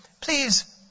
please